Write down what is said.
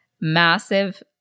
massive